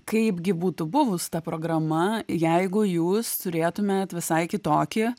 kaip gi būtų buvus ta programa jeigu jūs turėtumėt visai kitokį